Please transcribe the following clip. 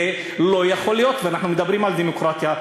זה לא יכול להיות, ואנחנו מדברים על דמוקרטיה.